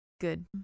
good